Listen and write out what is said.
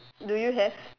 do you have